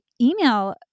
email